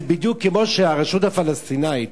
זה בדיוק כמו שהרשות הפלסטינית בזמנה,